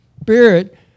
spirit